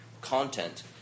content